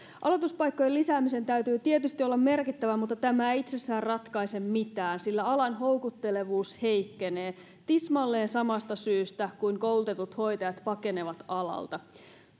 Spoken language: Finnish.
aloituspaikkojen lisäämisen täytyy tietysti olla merkittävä mutta tämä ei itsessään ratkaise mitään sillä alan houkuttelevuus heikkenee tismalleen siitä samasta syystä kuin miksi koulutetut hoitajat pakenevat alalta